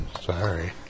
Sorry